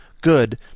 Good